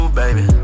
baby